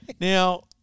now